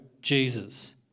Jesus